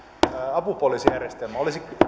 apupoliisijärjestelmän olisi